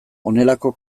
honelako